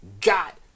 got